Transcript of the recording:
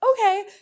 okay